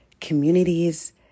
communities